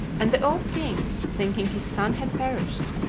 and the old king, thinking his son had perished,